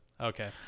Okay